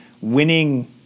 Winning